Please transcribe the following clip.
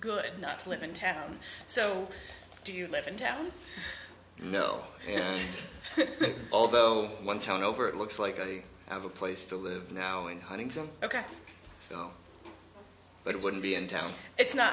good not to live in town so do you live in town you know although one town over it looks like i have a place to live now in huntington ok so but it wouldn't be in town it's not